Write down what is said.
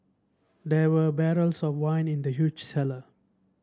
there were barrels of wine in the huge cellar